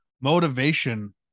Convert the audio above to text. motivation